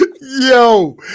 yo